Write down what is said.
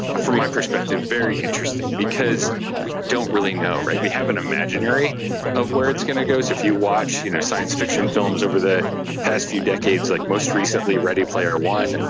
from my perspective, very interesting because we don't really know. we have an imaginary of where it's going to go. so if you watch you know science fiction films over the past few decades, like most recently ready player one,